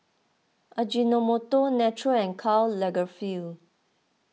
Ajinomoto Naturel and Karl Lagerfeld